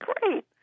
Great